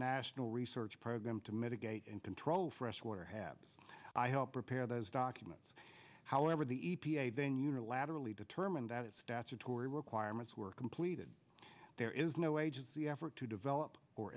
national research program to mitigate and control freshwater habs i helped prepare those documents however the e p a then unilaterally determined that it statutory requirements were completed there is no age is the effort to develop or